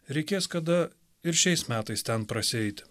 reikės kada ir šiais metais ten prasieiti